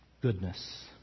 Goodness